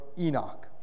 Enoch